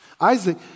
Isaac